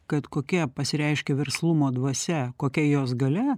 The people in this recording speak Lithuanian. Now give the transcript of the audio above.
kad kokia pasireiškia verslumo dvasia kokia jos galia